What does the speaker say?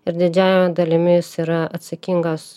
ir didžiąja dalimi jis yra atsakingas